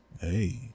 Hey